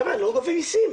חבר'ה, אני לא גובה מיסים.